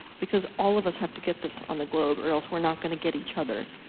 because all of us have to get this on the globe, or else we're not gonna get each other.